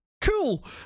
cool